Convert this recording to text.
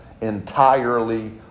entirely